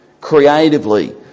creatively